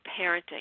parenting